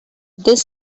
this